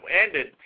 ended